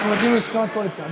רק רצינו הסכמת קואליציה.